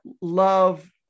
love